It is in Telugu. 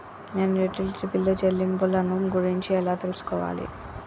నేను యుటిలిటీ బిల్లు చెల్లింపులను గురించి ఎలా తెలుసుకోవాలి?